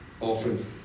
often